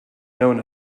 known